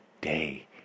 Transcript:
day